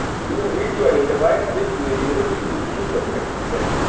you need to identify which variable to use to segment them.